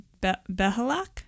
Behalak